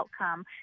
outcome